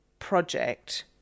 Project